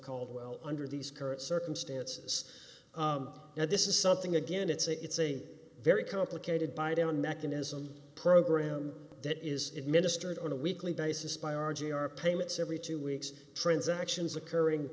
caldwell under these current circumstances now this is something again it's a very complicated by down mechanism program that is administered on a weekly basis by r g r payments every two weeks transactions occurring